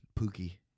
Pookie